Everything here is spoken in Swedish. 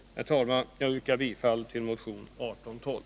Herr talman! Jag yrkar bifall till motion 1812.